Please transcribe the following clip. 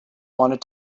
wanted